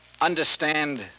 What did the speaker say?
Understand